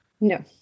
No